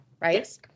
right